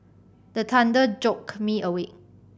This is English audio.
the thunder jolt me awake